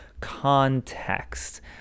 context